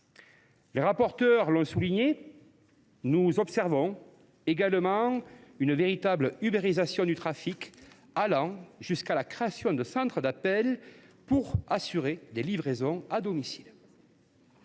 Les rapporteurs l’ont souligné : nous observons également une véritable ubérisation du trafic, allant jusqu’à la création de centres d’appels pour assurer des livraisons à domicile.